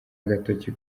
agatoki